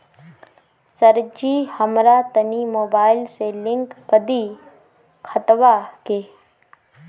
सरजी हमरा तनी मोबाइल से लिंक कदी खतबा के